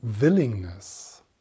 willingness